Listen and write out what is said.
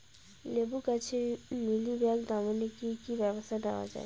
লেবু গাছে মিলিবাগ দমনে কী কী ব্যবস্থা নেওয়া হয়?